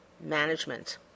management